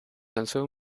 lanzó